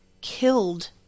killed